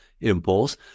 impulse